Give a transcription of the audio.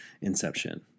Inception